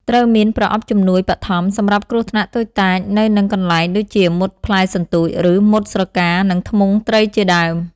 ត្រូវមាន ប្រអប់ជំនួយ បឋម សម្រាប់គ្រោះថ្នាក់តូចតាចនៅនឹងកន្លែងដូចជាមុតផ្លែសន្ទូល ឬ មុតស្រកា និងធ្មង់ត្រីជាដើម។